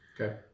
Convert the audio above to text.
Okay